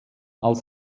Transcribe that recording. als